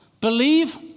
Believe